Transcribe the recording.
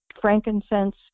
frankincense